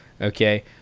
okay